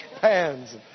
pans